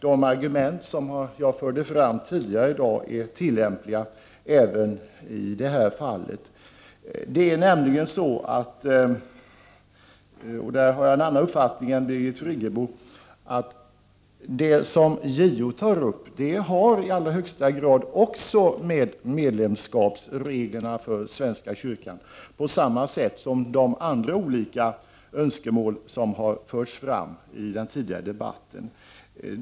De argument som jag förde fram tidigare i dag tycker jag är tillämpliga även i det här fallet. Det är nämligen så att, där har jag en annan uppfattning än Birgit Friggebo, det som JO tar upp i allra högsta grad också har med medlemskapsreglerna för svenska kyrkan att göra — på samma sätt som de andra olika önskemålen som har förts fram i den tidigare debatten.